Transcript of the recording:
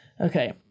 Okay